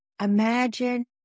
Imagine